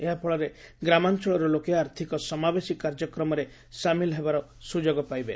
ଏହାଫଳରେ ଗ୍ରାମାଞ୍ଚଳରେ ଲୋକେ ଆର୍ଥକ ସମାବେଶୀ କାର୍ଯ୍ୟକ୍ରମରେ ସାମିଲ ହେବାର ସ୍ରଯୋଗ ପାଇବେ